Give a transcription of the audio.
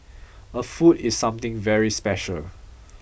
a fool is something very special